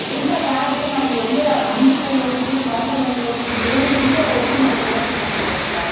ಇಂಥ ಬ್ಯಾಗು ನಾವು ಎಲ್ಲೇ ಅಂಗಡಿಗಳಲ್ಲೋಗಿ ಶಾಪುಗಳಲ್ಲೋಗಲಿ ಏನೇ ಎಲ್ಲೇ ಹೋಗ್ಲಿ ನಾ ತೊಗೊಳೋದಕ್ಕಾಗ್ತಾಯಿರಲಿಲ್ಲ